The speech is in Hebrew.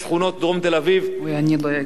דיברתי עם התושבים,